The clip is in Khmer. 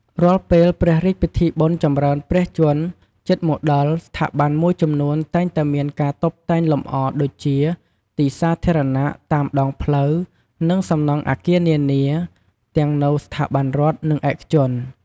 រាល់ពេល ព្រះរាជពិធីបុណ្យចម្រើនព្រះជន្ម ជិតមកដល់ ស្ថាប័នមួយចំនួនតែងតែមាន ការតុបតែងលម្អ ដូចជា ទីសាធារណៈ តាមដងផ្លូវ និង សំណង់អគារនានា ទាំងនៅ ស្ថាប័នរដ្ឋ និង ឯកជន។